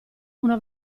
una